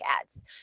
ads